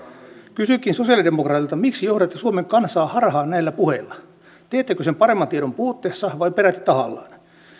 kysynkin sosialidemokraateilta miksi johdatte suomen kansaa harhaan näillä puheilla teettekö sen paremman tiedon puutteessa vai peräti tahallanne